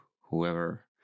whoever